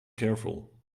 careful